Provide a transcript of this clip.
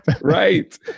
right